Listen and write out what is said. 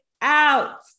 out